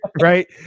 Right